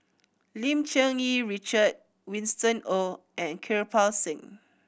Lim Cherng Yih Richard Winston Oh and Kirpal Singh